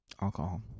alcohol